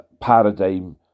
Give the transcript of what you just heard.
paradigm